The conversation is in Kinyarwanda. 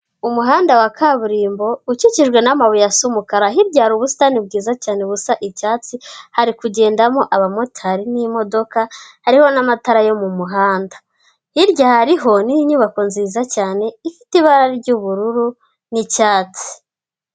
Umuhanda wa kaburimbo ukikijwe n'amabuye asa umukara, hirya hari ubusitani bwiza cyane busa icyatsi, hari kugendamo abamotari n'imodoka hariho n'amatara yo mu muhanda. Hirya hariho n'inyubako nziza cyane ifite ibara ry'ubururu n'icyatsi.